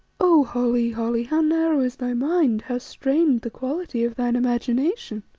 oh! holly, holly, how narrow is thy mind, how strained the quality of thine imagination!